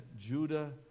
Judah